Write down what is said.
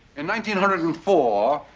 and nine hundred and four.